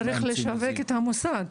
צריך לשווק את המוצר,